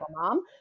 mom